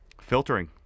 Filtering